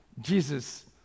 Jesus